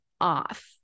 off